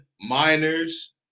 miners